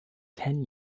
ten